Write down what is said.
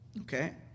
Okay